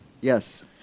yes